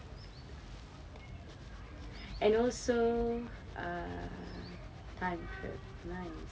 and also err time trap nice